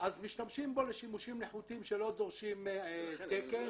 משתמשים בו לשימושים איכותיים שלא דורשים תקן,